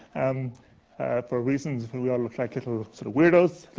um for reasons we we all look like little sort of weirdos.